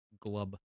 Glub